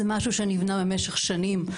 זה משהו שנבנה במשך שנים,